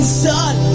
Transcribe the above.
sun